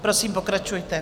Prosím, pokračujte.